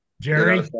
Jerry